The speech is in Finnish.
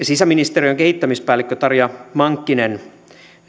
sisäministeriön kehittämispäällikkö tarja mankkinen